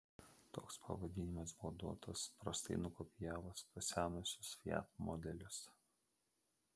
toks pavadinimas buvo duotas prastai nukopijavus pasenusius fiat modelius